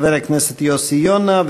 חבר הכנסת יוסי יונה,